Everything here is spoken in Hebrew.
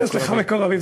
יש לך מקורבים.